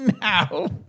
now